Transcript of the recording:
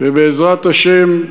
ובעזרת השם,